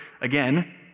again